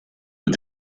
but